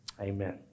Amen